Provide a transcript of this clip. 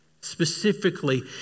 specifically